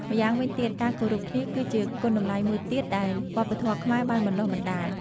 ម្យ៉ាងវិញទៀត ការគោរពគ្នា គឺជាគុណតម្លៃមួយទៀតដែលវប្បធម៌ខ្មែរបានបណ្តុះបណ្ណាល។